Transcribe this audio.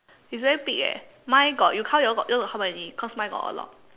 it's very big eh mine got you count yours got yours got how many cause mine got a lot